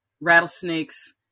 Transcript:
rattlesnakes